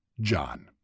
John